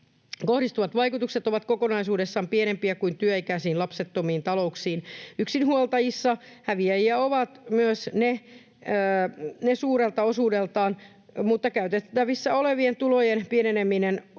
kohdistuvat vaikutukset ovat kokonaisuudessaan pienempiä kuin työikäisiin lapsettomiin talouksiin. Myös yksinhuoltajissa häviäjiä on suuri osuus, mutta käytettävissä olevien tulojen pieneneminen